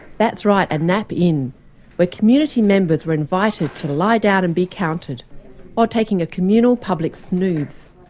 that's right, a nap-in, where community members were invited to lie down and be counted while taking a communal public snooze.